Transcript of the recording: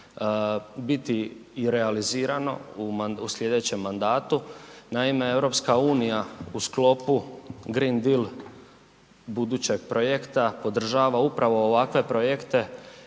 biti i realizirano u slijedećem mandatu. Naime, EU u sklopu Green Wall budućeg projekta podržava upravo ovakve projekte